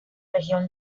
región